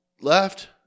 Left